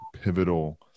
pivotal